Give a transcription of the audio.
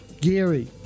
Gary